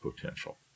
potential